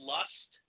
Lust